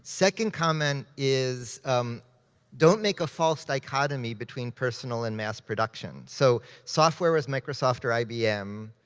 second comment is don't make a false dichotomy between personal and mass production. so software was microsoft or ibm.